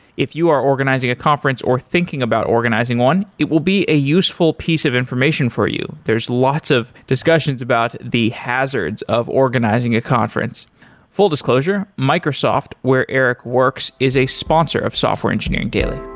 if you are organizing a conference or thinking about organizing one, it will be a useful piece of information for you. there's lots of discussions about the hazards of organizing a conference full disclosure, microsoft where erik works is a sponsor of software engineering daily